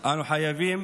אנו חייבים